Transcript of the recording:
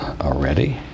already